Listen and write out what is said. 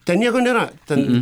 ten nieko nėra ten